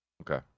Okay